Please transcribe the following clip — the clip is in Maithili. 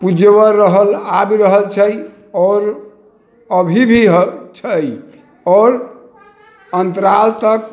पुज्यवर रहल आबि रहल छै आओर अभी भी हय छै आओर अन्तराल तक